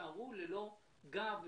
יישארו ללא גב,